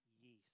yeast